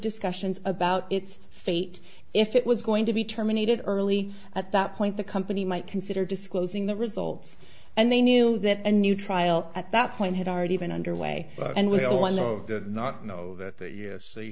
discussions about its fate if it was going to be terminated early at that point the company might consider disclosing the results and they knew that a new trial at that point had already been underway and was one of the not know that the u